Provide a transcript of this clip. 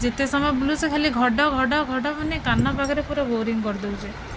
ଯେତେ ସମୟ ବୁଲୁ ସେ ଖାଲି ଘଡ଼ ଘଡ଼ ଘଡ଼ ମାନେ କାନ ପାଖରେ ପୁରା ବୋରିଂ କରି ଦେଉଛି